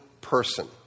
person